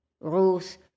Ruth